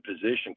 position